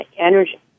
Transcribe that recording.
energy